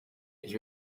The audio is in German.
ich